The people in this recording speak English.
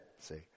See